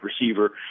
receiver